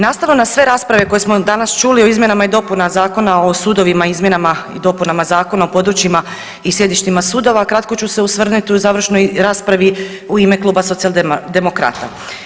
Nastavno na sve rasprave koje smo danas čuli o izmjenama i dopuna Zakona o sudovima i izmjenama i dopunama Zakona o područjima i sjedištima sudova, kratko ću se osvrnut u završnoj raspravi u ime Kluba Socijaldemokrata.